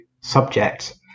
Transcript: subject